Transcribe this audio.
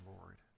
Lord